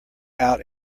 out